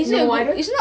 no I don't